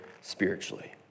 spiritually